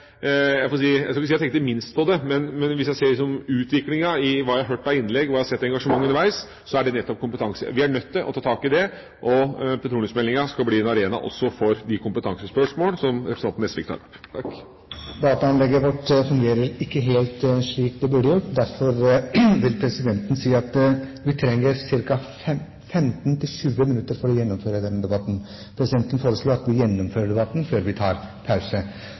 Jeg tenkte minst på det, men hvis jeg ser på hva jeg har hørt av innlegg, og hva jeg har sett av engasjement underveis, så er det nettopp kompetanse som har vært mest framme. Vi er nødt til å ta tak i det, og petroleumsmeldinga skal bli en arena også for de kompetansespørsmål som representanten Nesvik tar opp. Dataanlegget vårt fungerer ikke helt slik det burde gjort, derfor vil presidenten si at vi trenger ca. 15–20 minutter for å gjennomføre denne debatten. Presidenten foreslår at vi gjennomfører debatten før vi tar pause.